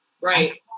Right